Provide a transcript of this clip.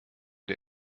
der